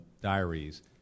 diaries